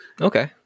Okay